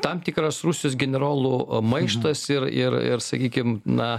tam tikras rusijos generolų maištas ir ir ir sakykim na